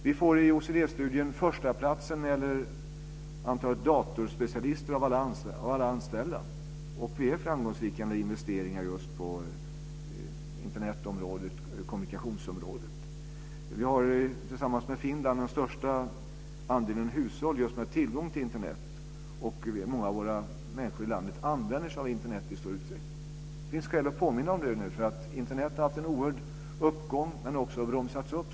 Vi får i OECD-studien förstaplatsen när det gäller andelen datorspecialister bland alla anställda. Vi är framgångsrika när det gäller investeringar just på Internetområdet, kommunikationsområdet. Vi har tillsammans med Finland den största andelen hushåll med tillgång till Internet. Många människor i landet använder sig av Internet i stor utsträckning. Det finns skäl att påminna om det nu. Internet har haft en oerhörd uppgång, men också bromsats upp.